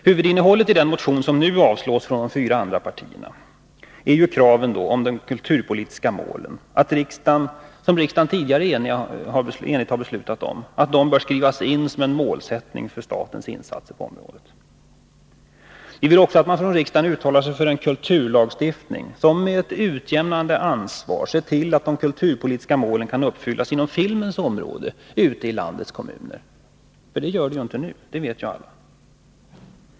Huvudinnehållet i den motion som nu avstyrks av de fyra andra partierna är kravet på att de kulturpolitiska målen, som riksdagen tidigare enigt har beslutat om, skall skrivas in som en målsättning för statens insatser på området. Vi vill också att man från riksdagen uttalar sig för en kulturlagstiftning som — med ett utjämnande ansvar — ser till att de kulturpolitiska målen kan uppfyllas inom filmens område ute i landets kommuner. Det gör de inte nu — det vet ju alla.